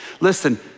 Listen